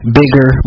bigger